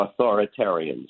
authoritarians